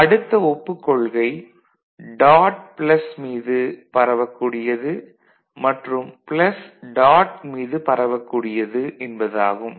x z அடுத்த ஒப்புக் கொள்கை "டாட் ப்ளஸ் மீது பரவக்கூடியது மற்றும் ப்ளஸ் டாட் மீது பரவக்கூடியது" என்பதாகும்